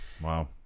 Wow